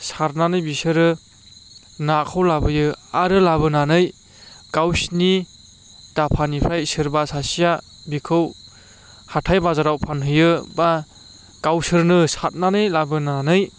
सारनानै बिसोरो नाखौ लाबोयो आरो लाबोनानै गावसिनि दाफानिफ्राय सोरबा सासेआ बिखौ हाथाय बाजाराव फानहैयो बा गावसोरनो सारनानै लाबोनानै